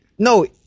No